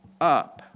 up